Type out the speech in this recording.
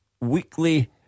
Weekly